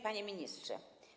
Panie Ministrze!